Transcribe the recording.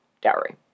dowry